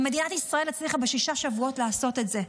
ומדינת ישראל הצליחה בשישה שבועות לעשות את זה.